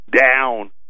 down